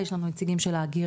יש לנו נציגים של ההגירה,